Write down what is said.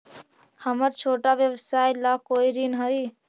हमर छोटा व्यवसाय ला कोई ऋण हई?